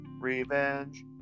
revenge